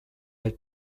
are